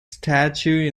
statue